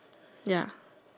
ya